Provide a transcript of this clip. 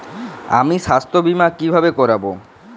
আমি স্বাস্থ্য বিমা কিভাবে করাব?